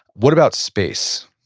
what about space?